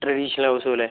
traditional house പോലേ